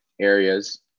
areas